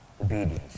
obedience